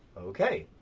ok.